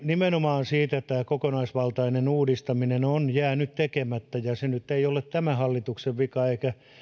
nimenomaan siitä että tämä kokonaisvaltainen uudistaminen on jäänyt tekemättä ja se nyt ei ole tämän hallituksen vika eikä